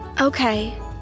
Okay